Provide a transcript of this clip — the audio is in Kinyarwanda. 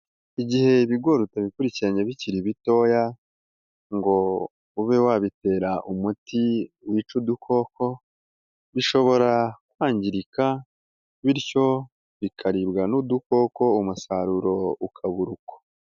Igihe ibigori utabikurikiranye bikiri bitoya ngo ube wabitera umuti wica udukoko, bishobora kwangirika bityo bikaribwa n'udukoko umusaruro ukabura uko.